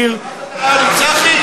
צחי הנגבי.